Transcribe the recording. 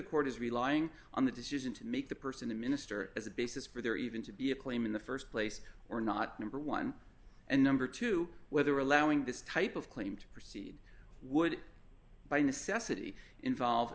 court is relying on the decision to make the person the minister as a basis for there even to be a claim in the st place or not number one and number two whether allowing this type of claim to proceed would by necessity involve